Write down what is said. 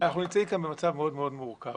אנחנו נמצאים כאן במצב מאוד מאוד מורכב